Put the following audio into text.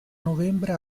novembre